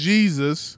Jesus